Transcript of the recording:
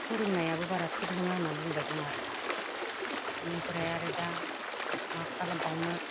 फोरोंनायाबो बारा थिख नोङा होनना बुंबाय दङो आरो दा इनिफ्राय आरो दा मा खालामबावनो